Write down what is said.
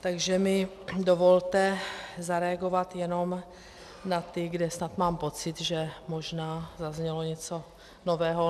Takže mi dovolte zareagovat jenom na ty, kde snad mám pocit, že možná zaznělo něco nového.